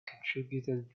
contributed